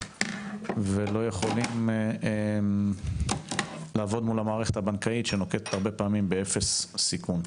ולא יכולים לעבוד אל מול המערכת הבנקאית שנוקטת הרבה פעמים באפס סיכון.